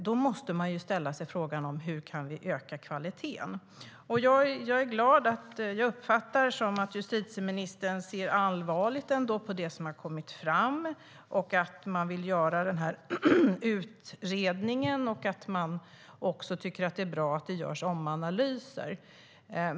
Då måste vi ställa oss frågan hur vi kan öka kvaliteten. Jag uppfattar att justitieministern ser allvarligt på det som har kommit fram, vilket gläder mig, och att man vill göra denna utredning och tycker att det bra att det görs omanalyser.